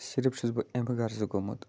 صرف چھُس بہٕ اَمہِ غرضہٕ گوٚمُت